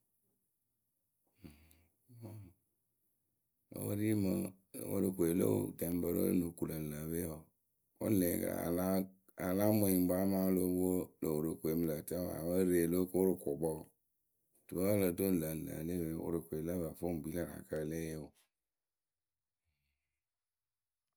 wǝ́ wɨ ri mɨŋ Worokoe lǝ dɛŋpǝrǝ we ŋ no kuŋ lǝ lǝ e pe yee wǝǝ, wǝ́ le a yaa láa a ya láa mwɛŋnyuŋkpǝ amaa o lóo pwo lö worokoe mɨ lǝ ǝtǝpǝ wǝ́ e ree o loo ko rɨ wɨkʊʊkpǝ wǝǝ, tuwǝ we o lo do lǝ lǝ e le pe yee Worokoe lǝ pǝ fɨ wɨ ŋ kpii lǝ rɨ akaakǝ e lée yee wɨ.